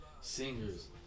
singers